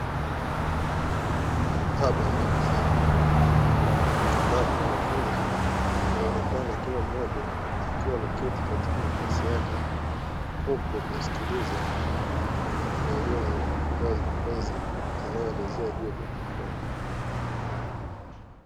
Hapa ni darasani ambapo wanafunzi wanaonekana kila mmoja akiwa ameketi katika nafasi yake, huku wakimsikiliza mwalimu au mkufunzi anayewaelezea juu ya jambo fulani.